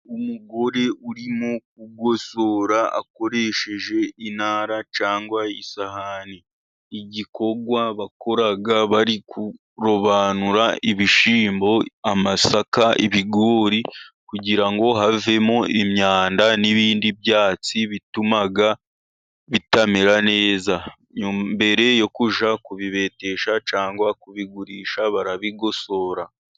Umugore urimo kugosora akoresheje intara cyangwa isahani. Igikorwa bakora bari kurobanura ibishyimbo, amasaka, ibigori, kugira ngo havemo imyanda n'ibindi byatsi bituma bitamera neza. Mbere yo kujya kubibetesha, cyangwa kubigurisha barabigosora.